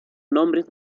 nombres